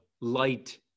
light